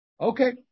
Okay